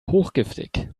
hochgiftig